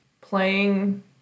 playing